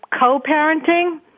co-parenting